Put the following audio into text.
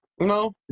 No